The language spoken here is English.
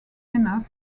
enough